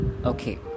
Okay